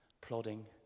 plodding